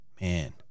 man